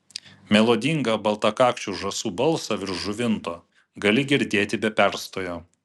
melodingą baltakakčių žąsų balsą virš žuvinto gali girdėti be perstojo